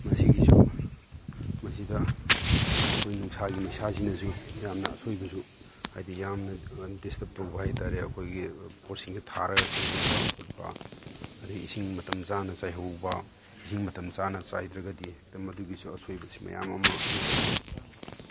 ꯃꯁꯤꯒꯤꯁꯨ ꯃꯁꯤꯗ ꯑꯩꯈꯣꯏ ꯅꯨꯡꯁꯥꯒꯤ ꯃꯩꯁꯥꯁꯤꯅꯁꯨ ꯌꯥꯝꯅ ꯑꯁꯣꯏꯕꯁꯨ ꯍꯥꯏꯗꯤ ꯌꯥꯝꯅ ꯗꯤꯁꯇꯕ ꯇꯧꯕ ꯍꯥꯏꯇꯥꯔꯦ ꯑꯩꯈꯣꯏꯒꯤ ꯄꯣꯠꯁꯤꯡꯁꯦ ꯊꯥꯔꯒ ꯀꯪꯁꯤꯟꯕ ꯈꯣꯠꯄ ꯑꯗꯒꯤ ꯏꯁꯤꯡ ꯃꯇꯝ ꯆꯥꯅ ꯆꯥꯏꯍꯧꯕ ꯏꯁꯤꯡ ꯃꯇꯝ ꯆꯥꯅ ꯆꯥꯏꯗ꯭ꯔꯒꯗꯤ ꯍꯦꯛꯇ ꯃꯗꯨꯒꯤꯁꯨ ꯑꯁꯣꯏꯕꯁꯦ ꯃꯌꯥꯝ ꯑꯃ ꯑꯩ ꯂꯩ